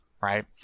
right